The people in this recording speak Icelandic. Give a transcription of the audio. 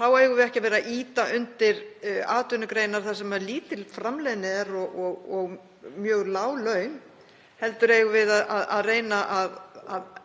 Þá eigum við ekki að vera að ýta undir atvinnugreinar þar sem lítil framleiðni er og mjög lág laun heldur reyna að